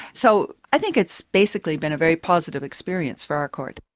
so, i think it's basically been a very positive experience for our court.